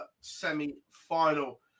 semi-final